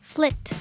Flit